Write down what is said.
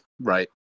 Right